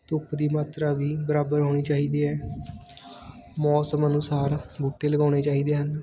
ਧੁੱਪ ਦੀ ਮਾਤਰਾ ਵੀ ਬਰਾਬਰ ਹੋਣੀ ਚਾਹੀਦੀ ਹੈ ਮੌਸਮ ਅਨੁਸਾਰ ਬੂਟੇ ਲਗਾਉਣੇ ਚਾਹੀਦੇ ਹਨ